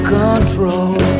control